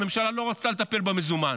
הממשלה לא רצתה לטפל במזומן.